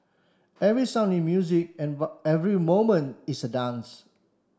every sound is music every movement is a dance